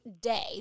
day